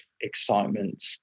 excitement